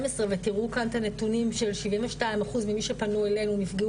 ותראו כאן את הנתונים של 72 אחוז ממי שפנו אלינו נפגעו